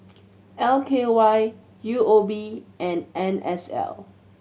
L K Y U O B and N S L